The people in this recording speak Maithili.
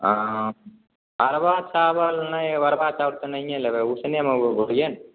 हाँ अरबा चावल नहि अरबा चावल तऽ नहिए लेबै उसनेमे बोलियै ने